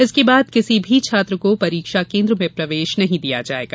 इसके बाद किसी भी छात्र को परीक्षा केन्द्र में प्रवेश नहीं दिया जायेगा